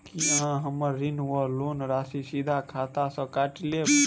की अहाँ हम्मर ऋण वा लोन राशि सीधा खाता सँ काटि लेबऽ?